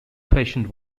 fashioned